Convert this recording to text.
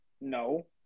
No